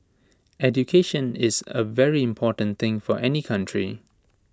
education is A very important thing for any country